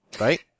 right